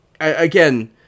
again